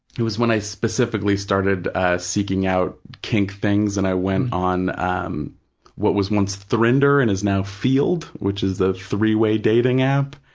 it was when i specifically started seeking out kink things and i went on um what was once three nder and is now feeld, which is a three-way dating app.